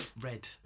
red